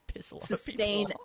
Sustain